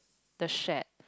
the shed